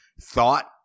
thought